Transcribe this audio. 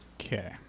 Okay